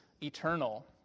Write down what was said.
eternal